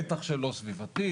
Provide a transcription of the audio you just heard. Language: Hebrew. בטח שלא סביבתי.